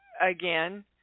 Again